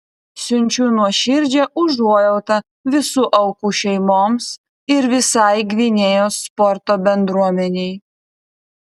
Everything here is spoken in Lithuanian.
siunčiu nuoširdžią užuojautą visų aukų šeimoms ir visai gvinėjos sporto bendruomenei